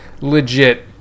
legit